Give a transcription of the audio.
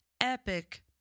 epic